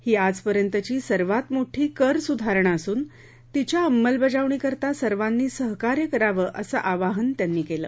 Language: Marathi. ही आजपर्यंतची सर्वात मोठी कर सुधारणा असून तिच्या अंमलबजावणीकरता सर्वांनी सहकार्य करावं असं आवाहनही त्यांनी केलं